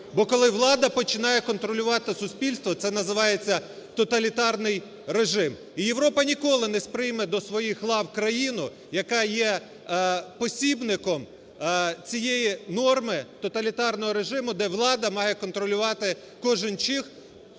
Бо коли влада починає контролювати суспільство, це називається тоталітарний режим. І Європа ніколи не сприйме до своїх лав країну, яка є посібником цієї норми тоталітарного режиму, де влада має контролювати кожен чих суспільства